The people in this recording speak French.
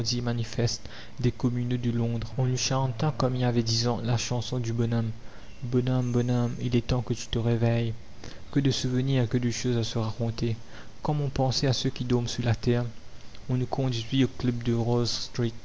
manifeste des communeux de londres voir à l'appendice n nous chanta comme il y avait dix ans la chanson du bonhomme bonhomme bonhomme il est temps que tu te réveilles que de souvenirs que de choses à se raconter comme on pensait à ceux qui dorment sous la terre on nous conduisit au club de